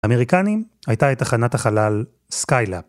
האמריקנים הייתה את תחנת החלל סקיילאפ.